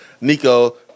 Nico